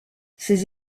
ses